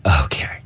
Okay